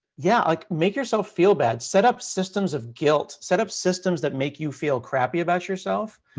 yeah, like, make yourself feel bad. set up systems of guilt. set up systems that make you feel crappy about yourself.